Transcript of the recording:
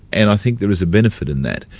and i think there is a benefit in that.